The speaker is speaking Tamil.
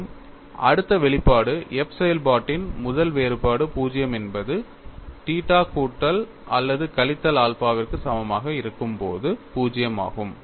மேலும் அடுத்த வெளிப்பாடு f செயல்பாட்டின் முதல் வேறுபாடு 0 என்பது தீட்டா கூட்டல் அல்லது கழித்தல் ஆல்பாவிற்கு சமமாக இருக்கும்போது 0 ஆகும்